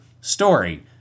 story